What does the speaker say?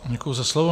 Děkuji za slovo.